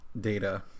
data